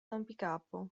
rompicapo